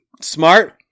Smart